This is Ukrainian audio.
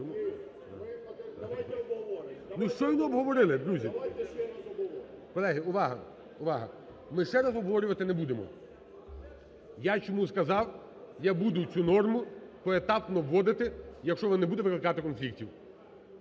Ми ще раз обговорювати не будемо. Я чому сказав, я буду цю норму поетапно вводити, якщо не буде виникати конфліктів.